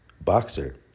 boxer